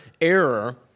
error